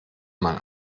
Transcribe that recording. man